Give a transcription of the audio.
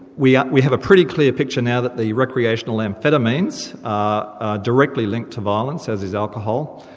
we we have a pretty clear picture now that the recreational amphetamines are directly linked to violence, as is alcohol.